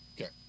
Okay